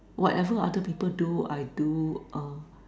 whatever other people do I do uh